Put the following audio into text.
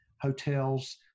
hotels